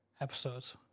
episodes